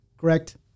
Correct